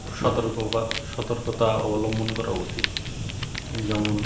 সতর্ক সতর্কতা অবলম্বন করা উচিত যেমন